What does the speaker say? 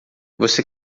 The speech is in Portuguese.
você